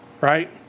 right